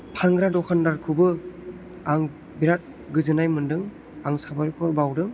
फानग्रा दखानदारखौबो आं बिराद गोजोननाय मोन्दों आं साबायखर बाउदों